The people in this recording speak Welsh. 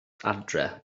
adre